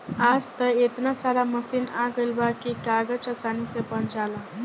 आज त एतना सारा मशीन आ गइल बा की कागज आसानी से बन जाला